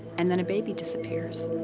and then, a baby disappears.